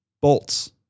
bolts